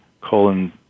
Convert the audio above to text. colon